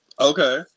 Okay